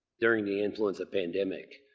during the influenza pandemic.